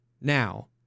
now